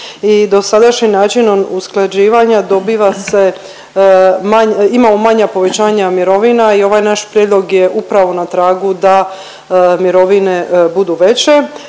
i dosadašnjim načinom usklađivanja dobiva se, imamo manja povećanja mirovina i ovaj naš prijedlog je upravo na tragu da mirovine budu veće.